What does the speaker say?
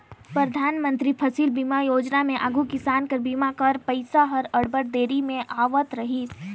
परधानमंतरी फसिल बीमा योजना में आघु किसान कर बीमा कर पइसा हर अब्बड़ देरी में आवत रहिस